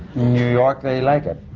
new york, they like it.